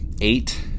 Eight